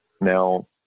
Now